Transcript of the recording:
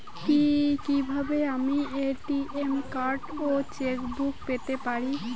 কি কিভাবে আমি এ.টি.এম কার্ড ও চেক বুক পেতে পারি?